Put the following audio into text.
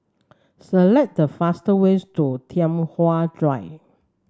select the faster ways to Tai Hwan Drive